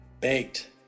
Baked